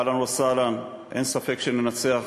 אהלן וסהלן, אין ספק שננצח.